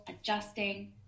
adjusting